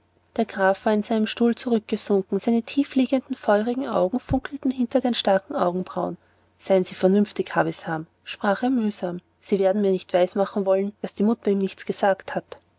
der graf war in seinen stuhl zurückgesunken seine tiefliegenden feurigen augen funkelten hinter den starken augenbrauen seien sie vernünftig havisham sprach er mühsam sie werden mir nicht weismachen wollen daß die mutter ihm nichts gesagt hat